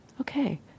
Okay